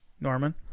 norman